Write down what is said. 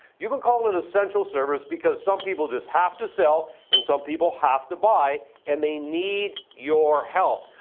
you've been called an essential service because some people just have to sell and some people have to buy and they need your help.